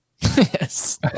Yes